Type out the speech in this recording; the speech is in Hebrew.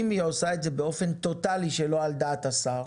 אם היא עושה את זה באופן טוטאלי שלא על דעת השר,